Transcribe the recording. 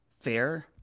fair